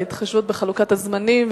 על ההתחשבות בחלוקת הזמנים.